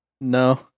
no